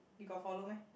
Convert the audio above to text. you got follow meh